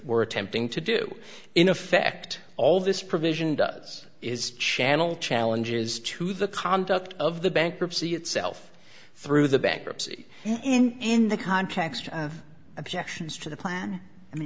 were attempting to do in effect all this provision does is channel challenges to the conduct of the bankruptcy itself through the bankruptcy and in the context of objections to the plan